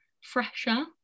fresher